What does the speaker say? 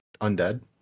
undead